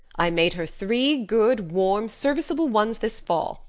i made her three good, warm, serviceable ones this fall,